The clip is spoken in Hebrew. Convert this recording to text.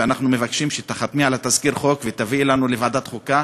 ואנחנו מבקשים שתחתמי על תזכיר החוק ותביאי לנו לוועדת החוקה,